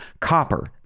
copper